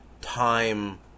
time